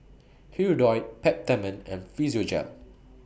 Hirudoid Peptamen and Physiogel